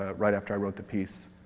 ah right after i wrote the piece.